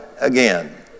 again